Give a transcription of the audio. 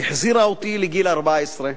החזירה אותי לגיל 14,